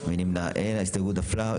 ההסתייגות נפלה.